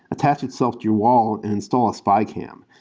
attach itself to your wall and install a spy cam.